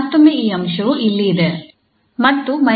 ಮತ್ತೊಮ್ಮೆ ಈ ಅಂಶವು ಇಲ್ಲಿ ಇದೆ ಮತ್ತು −∞ ರಿಂದ ∞